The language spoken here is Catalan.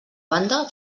banda